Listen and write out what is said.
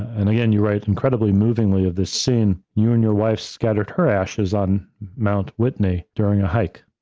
and again, you write incredibly movingly of this scene, you and your wife scattered her ashes on mount whitney during a hike.